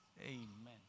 Amen